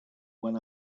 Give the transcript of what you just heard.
when